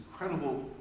incredible